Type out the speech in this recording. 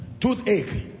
Toothache